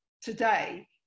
today